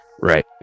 right